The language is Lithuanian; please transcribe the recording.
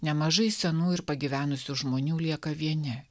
nemažai senų ir pagyvenusių žmonių lieka vieni